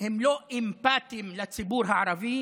הם לא אמפתיים לציבור הערבי